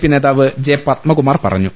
P നേതാവ് J Padmakumar പറഞ്ഞു